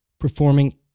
performing